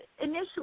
initially